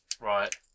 Right